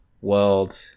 World